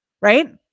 right